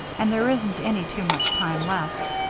and there isn't any too much time left.